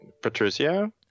Patricia